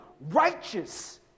righteous